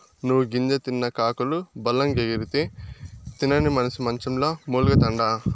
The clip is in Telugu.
నువ్వు గింజ తిన్న కాకులు బలంగెగిరితే, తినని మనిసి మంచంల మూల్గతండా